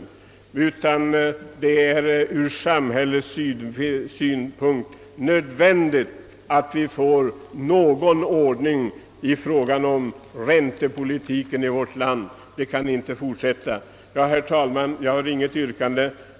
Det är ur samhällets synpunkt nödvändigt att vi får någon ordning på räntepolitiken i vårt land. Så här kan det inte fortsätta. Herr talman! Jag har inget yrkande.